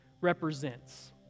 represents